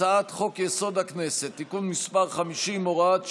הצעת חוק-יסוד: הכנסת (תיקון מס' 50, הוראת שעה),